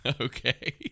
Okay